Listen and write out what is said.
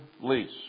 lease